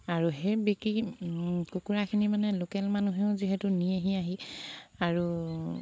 আৰু সেই বিক্ৰী কুকুৰাখিনি মানে লোকেল মানুহেও যিহেতু নিয়েহি আৰু